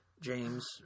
James